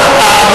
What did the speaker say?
אוצר.